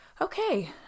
okay